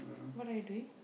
what are you doing